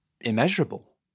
immeasurable